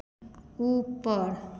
ऊपर